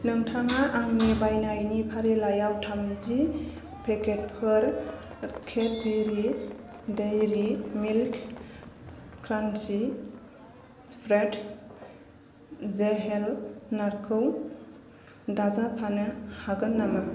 नोंथाङा आंनि बायनायनि फारिलाइयाव थामजि पेकेटफोर Cadbury Dairy Milk crunchy spread हेजेलनाटखौ दाजाबफानो हागोन नामा